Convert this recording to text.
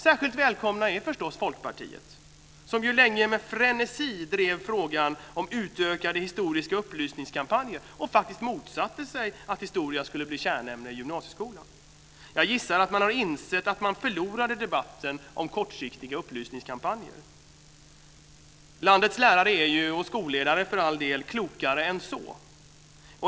Särskilt välkommet är förstås Folkpartiet, som ju länge med frenesi drev frågan om utökade upplysningskampanjer i historia och faktiskt motsatte sig att historia skulle bli ett kärnämne i gymnasieskolan. Jag gissar att man har insett att man förlorade debatten om kortsiktiga upplysningskampanjer. Landets lärare, och skolledare för all del, är ju klokare än så.